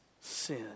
sin